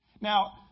Now